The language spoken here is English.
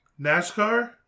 NASCAR